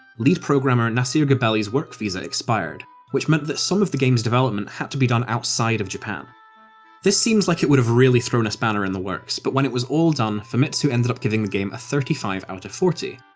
lead programmer nasir gebelli's work visa expired, which meant that some of the game's development had to be done outside of japan this seems like it would have really thrown a spanner in the works, but when it was all done famitsu ended up giving the game a thirty five forty,